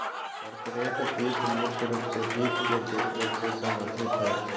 corporate वित्त मुख्य रूप से वित्त के देखरेख से सम्बन्धित हय